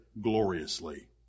Gloriously